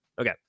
okay